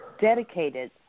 dedicated